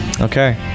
Okay